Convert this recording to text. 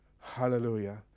Hallelujah